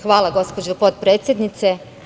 Hvala, gospođo potpredsednice.